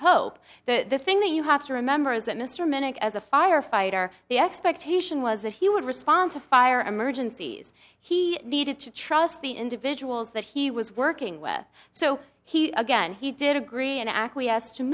pope that the thing that you have to remember is that mr minnick as a firefighter the expectation was that he would respond to fire emergencies he needed to trust the individuals that he was working with so he again he did agree and acquiesce to